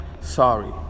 Sorry